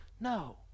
No